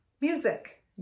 music